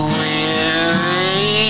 weary